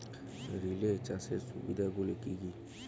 Relay চাষের সুবিধা গুলি কি কি?